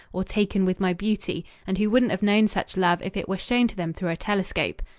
or taken with my beauty, and who wouldn't have known such love if it were shown to them through a telescope.